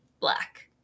black